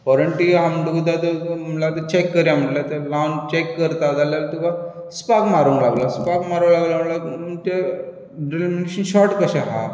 warranty आसा म्हणटकूच check करुया म्हणटलें लावन चेक करता जाल्यार तुका स्पार्क मारूंक लागलो स्पार्क मारूंक लागलो म्हणटकच तें ड्रिलींग मशीन शॉर्ट कशें आसा